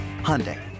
Hyundai